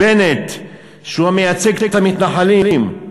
בנט, שהוא המייצג את המתנחלים.